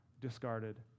discarded